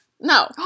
No